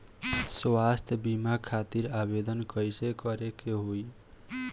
स्वास्थ्य बीमा खातिर आवेदन कइसे करे के होई?